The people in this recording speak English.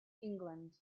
england